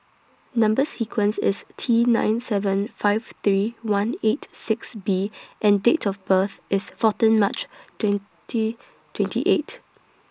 Number sequence IS T nine seven five three one eight six B and Date of birth IS fourteen March twenty twenty eight